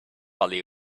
value